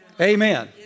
Amen